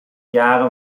jaren